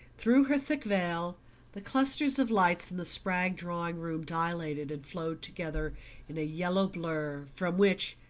through her thick veil the clusters of lights in the spragg drawing-room dilated and flowed together in a yellow blur, from which,